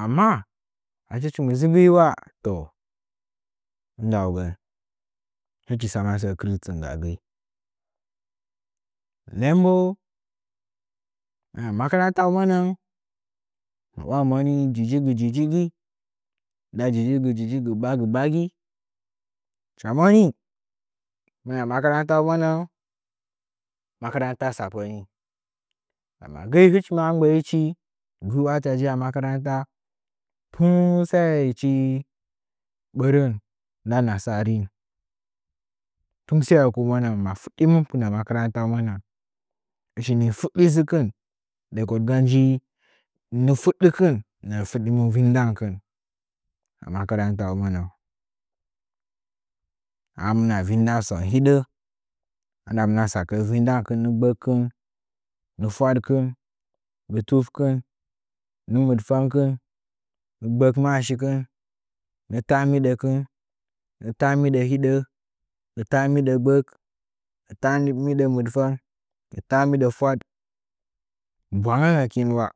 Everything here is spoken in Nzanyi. Amma achi hɨchim dzɨ gəi ula toh indaugən hɨchi tsama səə kɨrtinga gəi dan bo ma karantaunəngən mɨ wa moni jijigɨ jijigi nda jijigi jijigɨ ba gɨ bagi hɨcha moni maya makarantaunəngən makaranta tsapəni ndama gəi hɨchi maa ngbə’ichi gəi wayacha dzɨ a makaranta kɨl sayechi ɓarən nda na sarin tun sayeku nəngən ma fudimfu pumal ma marantaunəngan hɨchi ni fudɗi dzɨkɨn leko digən nji ngɨ fuddikɨn nə’ə fudɗimɨn vinɗan kɨn a makar an taunəngən amma vɨndan səu lidə andamna mɨ nə tsakə’ə vindan kɨn nggɨ gbəkɨn nggɨ fwadkɨn nggɨ tufkɨn nggɨ mɨdfəngkɨn nggɨ gbək maashikɨn nggɨ taambidəkɨn nggɨ taambidə hiɗə nggɨ faambidə gbək nggɨ taambiɗə mɨɗəng nggɨ taambiɗə fwaɗ bwangə ngəkin wa